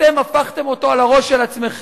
אתם הפכתם אותו על הראש של עצמכם,